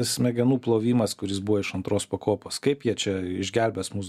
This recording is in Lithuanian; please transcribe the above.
smegenų plovimas kuris buvo iš antros pakopos kaip jie čia išgelbės mus